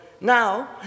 now